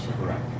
Correct